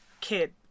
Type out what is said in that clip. kid